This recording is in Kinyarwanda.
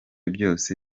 byose